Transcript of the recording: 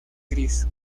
gris